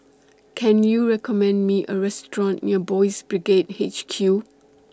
Can YOU recommend Me A Restaurant near Boys' Brigade H Q